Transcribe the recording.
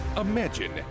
imagine